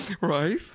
right